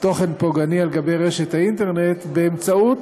תוכן פוגעני על גבי רשת האינטרנט באמצעות